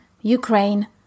Ukraine